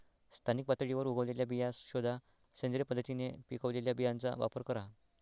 स्थानिक पातळीवर उगवलेल्या बिया शोधा, सेंद्रिय पद्धतीने पिकवलेल्या बियांचा वापर करा